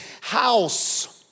house